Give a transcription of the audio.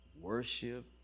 Worship